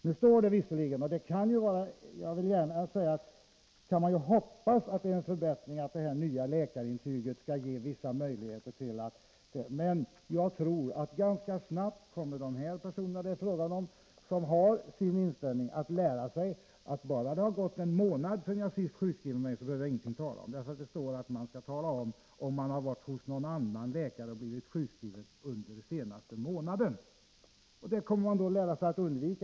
Jag vill gärna hoppas att det nya läkarintyget skall innebära en förbättring och att det ger vissa möjligheter, men jag tror att de personer som det här är fråga om och som har sin speciella inställning ganska snabbt kommer att lära sig att bara det har gått en månad sedan de senast sjukskrev sig, så behöver de inte lämna några uppgifter. Det står nämligen angivet att man skall tala om om man har varit hos någon annan läkare och blivit sjukskriven under den senaste månaden. Man kommer då att lära sig att undvika det.